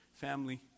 family